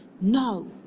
no